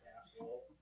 asshole